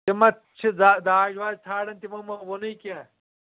تِم ما چِھ داج داج واج ژھانڑان تِمو ما وۄنٕے کینٛہہ